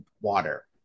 water